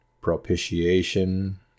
propitiation